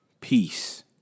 peace